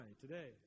today